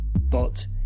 But